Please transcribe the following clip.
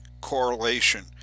correlation